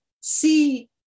see